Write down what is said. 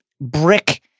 brick